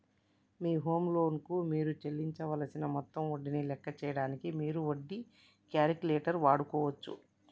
మీ home loan కు మీరు చెల్లించవలసిన మొత్తం వడ్డీని లెక్క చేయడానికి మీరు వడ్డీ క్యాలిక్యులేటర్ వాడుకోవచ్చు